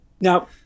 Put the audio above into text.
Now